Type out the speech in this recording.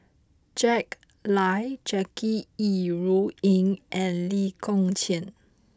Jack Lai Jackie Yi Ru Ying and Lee Kong Chian